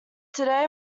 today